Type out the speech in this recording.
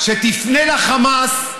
שתפנה לחמאס.